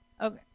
Okay